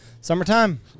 summertime